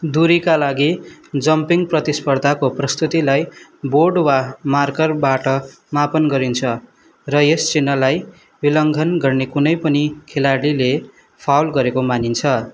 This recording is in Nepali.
दुरीका लागि जम्पिङ प्रतिस्पर्धाको प्रस्तुतिलाई बोर्ड वा मार्करबाट मापन गरिन्छ र यस चिह्नलाई विलङ्घन गर्ने कुनै पनि खेलाडीले फाउल गरेको मानिन्छ